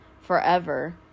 forever